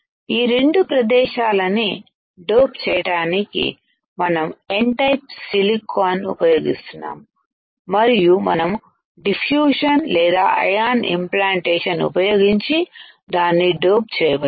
ఈ రెండు ప్రదేశాలెని డోప్ చేయటానికి మనం N టైపు సిలికాన్ ఉపయోగిస్తున్నాము మరియు మనము డి ఫ్యూషన్లేదా ఐయాన్ ఇన్ ప్లాంటేషన్ ఉపయోగించి దాన్నిడోప్ చేయవచ్చు